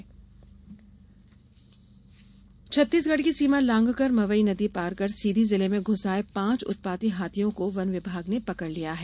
उत्पाती हाथी छत्तीसगढ़ की सीमा लांघकर मवई नदी पार कर सीधी जिले में घुस आये पांच उत्पाती हाथियों को वन विभाग ने पकड़ लिया है